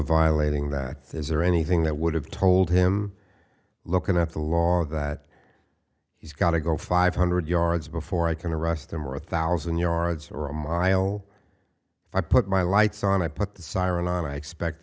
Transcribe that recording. violating that there's or anything that would have told him looking at the law that he's got to go five hundred yards before i can arrest them or a thousand yards or a mile if i put my lights on i put the siren on i expect